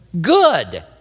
Good